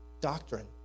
doctrine